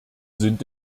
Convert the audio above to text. sind